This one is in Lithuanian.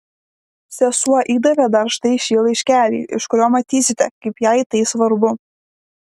sesuo įdavė dar štai šį laiškelį iš kurio matysite kaip jai tai svarbu